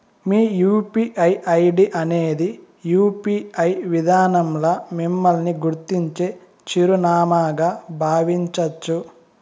మీ UPI ID అనేది UPI విదానంల మిమ్మల్ని గుర్తించే చిరునామాగా బావించచ్చు